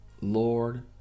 Lord